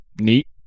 neat